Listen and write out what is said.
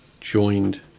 joined